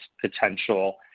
potential